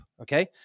okay